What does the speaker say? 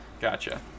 Gotcha